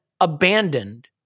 abandoned